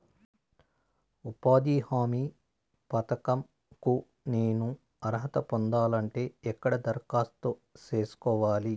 ఉపాధి హామీ పథకం కు నేను అర్హత పొందాలంటే ఎక్కడ దరఖాస్తు సేసుకోవాలి?